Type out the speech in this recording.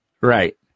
right